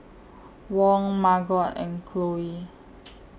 Wong Margot and Cloe